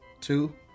Two